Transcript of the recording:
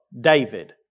David